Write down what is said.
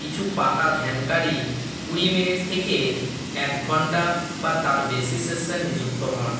কিছু পাকা ধ্যানকারী কুড়ি মিনিট থেকে এক ঘন্টা বা তার বেশি সেশান নিযুক্ত হন